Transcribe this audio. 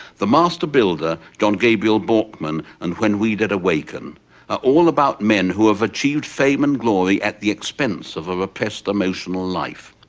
the master builder, john gabriel borkman and when we dead awaken are all about men who have achieved fame and glory at the expense of a repressed emotional life,